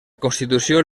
constitució